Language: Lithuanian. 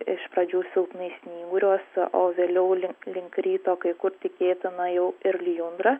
iš pradžių silpnai snyguriuos o vėliau lin link ryto kai kur tikėtina jau ir lijundra